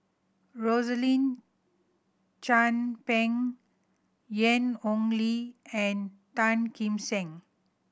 Rosaline Chan Pang Ian Ong Li and Tan Kim Seng